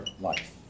life